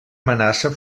amenaça